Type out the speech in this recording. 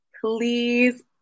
Please